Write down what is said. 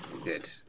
Good